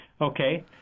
Okay